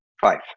Five